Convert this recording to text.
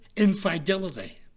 infidelity